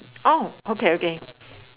oh okay okay